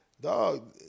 Dog